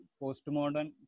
postmodern